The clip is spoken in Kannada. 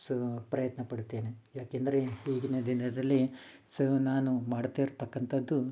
ಸೊ ಪ್ರಯತ್ನ ಪಡುತ್ತೇನೆ ಯಾಕಂದರೆ ಈಗಿನ ದಿನದಲ್ಲಿ ಸೊ ನಾನು ಮಾಡ್ತಾ ಇರ್ತಕಂಥದ್ದು